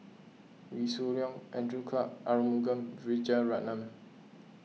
Wee Shoo Leong Andrew Clarke Arumugam Vijiaratnam